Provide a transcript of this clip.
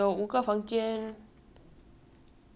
then 楼上的有一个 balcony 在这边